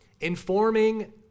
informing